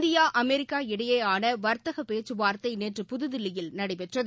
India America இடையேயானவாத்தகபேச்சுவார்த்தைநேற்று புதுதில்லியில் நடைபெற்றது